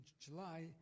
July